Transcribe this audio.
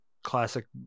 classic